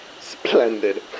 Splendid